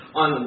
on